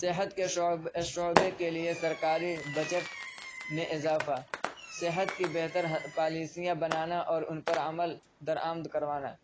صحت کے شعب شعبے کے لیے سرکاری بجٹ میں اضافہ صحت کی بہتر پالیسیاں بنانا اور ان پر عمل درآمد کروانا